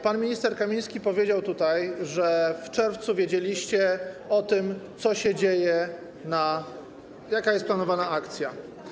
Pan minister Kamiński powiedział tutaj, że w czerwcu wiedzieliście o tym, co się dzieje, jaka jest planowana akcja.